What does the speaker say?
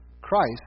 Christ